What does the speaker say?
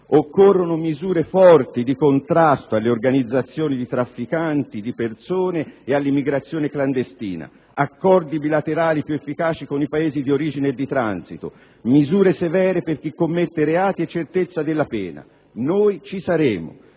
Occorrono misure forti, di contrasto alle organizzazioni di trafficanti di persone e all'immigrazione clandestina, accordi bilaterali più efficaci con i Paesi di origine e di transito, misure severe per chi commette reati e certezza della pena; noi ci saremo,